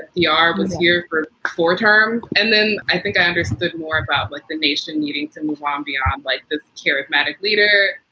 ya was here for four terms. and then i think i understood more about like the nation needing to move um beyond like the charismatic leader.